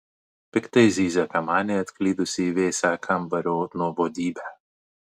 piktai zyzia kamanė atklydusi į vėsią kambario nuobodybę